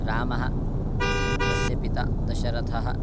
रामः तस्य पिता दशरथः